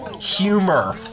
humor